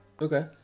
Okay